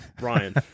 Ryan